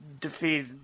defeat